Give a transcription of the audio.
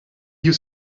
you